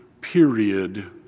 period